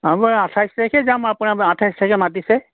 আমি আঠাইছ তাৰিখেই যাম আপোনাৰ আঠাইছ তাৰিখে মাতিছে